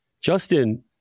Justin